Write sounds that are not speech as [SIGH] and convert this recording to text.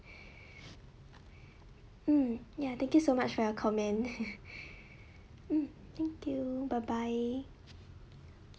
hmm ya thank you so much for your comment [LAUGHS] hmm thank you bye bye